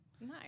Nice